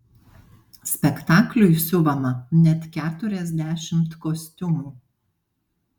spektakliui siuvama net keturiasdešimt kostiumų